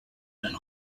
and